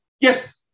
yes